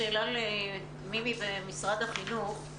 שאלה למימי ממשרד החינוך.